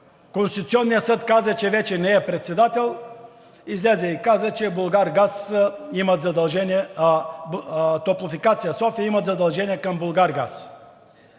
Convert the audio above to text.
Конституционният съд каза, че вече не е председател, излезе и каза, че „Топлофикация София“ има задължение към „Булгаргаз“.